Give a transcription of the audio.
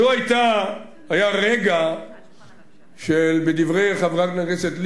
זה היה רגע בדברי חברת הכנסת לבני,